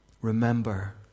Remember